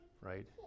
right